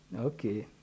Okay